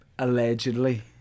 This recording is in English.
Allegedly